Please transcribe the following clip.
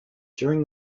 during